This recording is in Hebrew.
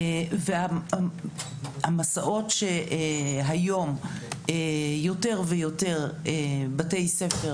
המסעות שהיום יותר ויותר בתי ספר,